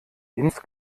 ins